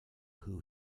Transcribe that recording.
who